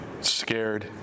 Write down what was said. scared